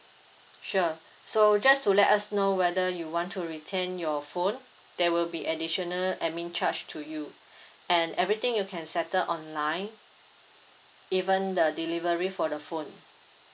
sure so just to let us know whether you want to retain your phone there will be additional admin charge to you and everything you can settle online even the delivery for the phone